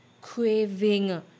craving